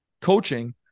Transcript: coaching